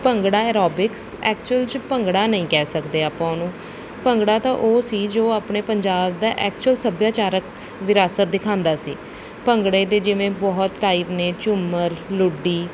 bhangra aerobics actual 'ਚ ਭੰਗੜਾ ਨਹੀਂ ਕਹਿ ਸਕਦੇ ਆਪਾਂ ਉਹਨੂੰ ਭੰਗੜਾ ਤਾਂ ਉਹ ਸੀ ਜੋ ਆਪਣੇ ਪੰਜਾਬ ਦਾ ਐਕਚੁਅਲ ਸੱਭਿਆਚਾਰਕ ਵਿਰਾਸਤ ਦਿਖਾਉਂਦਾ ਸੀ ਭੰਗੜੇ ਦੇ ਜਿਵੇਂ ਬਹੁਤ ਟਾਈਪ ਨੇ ਝੂਮਰ ਲੁੱਡੀ